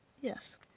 Yes